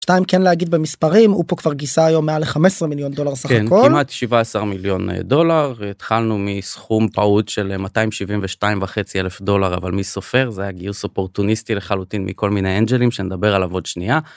סתם כן להגיד במספרים, HUPO כבר גייסה היום למעלה מ-15 מיליון דולר סך הכל. -כן. כמעט שבעה עשר מיליון דולר. התחלנו מסכום פעוט של 272 וחצי אלף דולר אבל מי סופר? זה היה גיוס אופורטוניסטי לחלוטין מכל מיני אנג'לים שנדבר עליהם עוד שנייה.